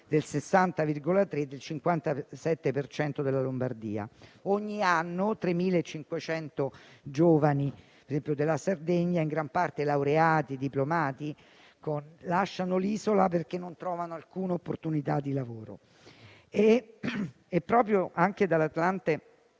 del 60,3 e del 57 per cento della Lombardia. Ogni anno 3.500 giovani della Sardegna, in gran parte laureati e diplomati, lasciano l'isola, perché non trovano alcuna opportunità di lavoro. Dall'atlante